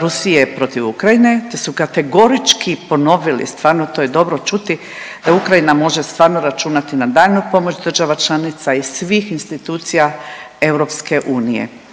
Rusije protiv Ukrajine, te su kategorički ponovili, stvarno to je dobro čuti da Ukrajina može stvarno računati na daljnju pomoć država članica i svih institucija EU.